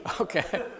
okay